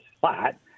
flat